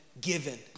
given